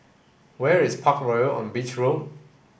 where is Parkroyal on Beach Road